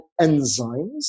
enzymes